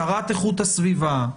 שרת הגנת הסביבה,